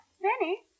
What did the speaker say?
Benny